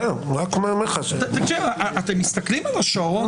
אתם מסתכלים על השעון?